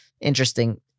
Interesting